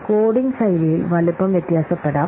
coding ശൈലിയിൽ വലുപ്പം വ്യത്യാസപ്പെടാം